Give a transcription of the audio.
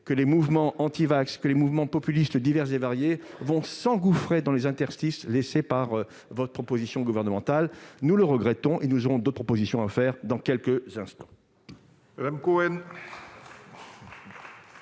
que les mouvements « antivax » et les mouvements populistes divers et variés s'engouffreront dans les interstices laissés par votre proposition gouvernementale. Nous le regrettons, et nous formulerons d'autres propositions dans quelques instants.